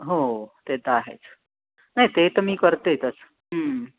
हो ते तर आहेच नाही ते तर मी करतेच